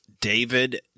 David